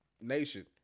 nation